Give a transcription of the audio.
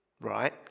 right